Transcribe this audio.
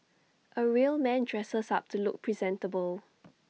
A real man dresses up to look presentable